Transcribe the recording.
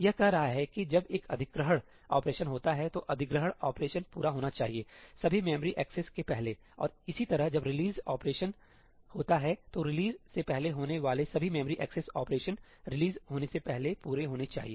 यह कह रहा है कि जब एक 'अधिग्रहण' ऑपरेशन होता है तो अधिग्रहण 'ऑपरेशन पूरा होना चाहिए सभी मेमोरी एक्सेस के पहले और इसी तरह जब 'रिलीज़' ऑपरेशन'release' operation होता है तो रिलीज़ से पहले होने वाले सभी मेमोरी एक्सेस ऑपरेशन रिलीज़' होने से पहले पूरे होने चाहिए